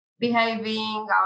Behaving